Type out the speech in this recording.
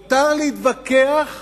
מותר להתווכח